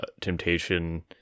temptation